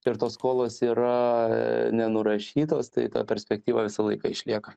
ir tos skolos yra nenurašytos tai ta perspektyva visą laiką išlieka